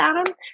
Adam